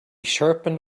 sharpened